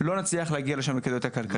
לא נצליח להגיע לשם עם הכדאיות הכלכלית.